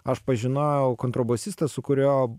aš pažinojau kontrabosistą su kurio